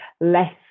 less